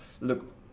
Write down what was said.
look